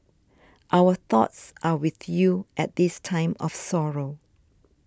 our thoughts are with you at this time of sorrow